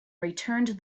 returned